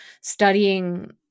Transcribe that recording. studying